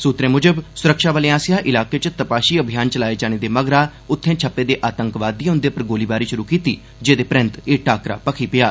सुतरें मुजब सुरक्षाबलें आसेआ इलाके च तपाशी अभियान चलाए जाने दे मगरा उत्थैं छप्पे दे आतंकवादिएं उंदे पर गोलीबारी श्रु करी दिती जेहदे परैन्त एह् टाक्करा भखी पेआ